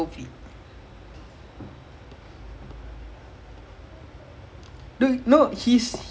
I feel like he is one of those like actually ah I feel like he's one of the best still like because so many years and